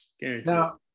now